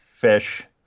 fish